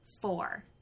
four